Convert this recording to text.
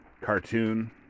cartoon